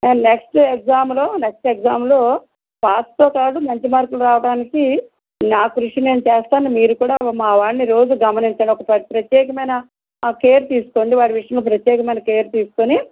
and next ఎగ్జామ్లో next ఎగ్జామ్లో పాస్తో కాదు మంచి మార్కులు రావడానికి నా కృషి నేను చేస్తాను మీరు కూడా మా వాడిని రోజు గమనించండి ఒక ప్రత్యేకమైన కేర్ తీసుకోండి వాడి విషయంలో ప్రత్యేకమైన కేర్ తీసుకుని